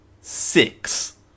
Six